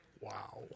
Wow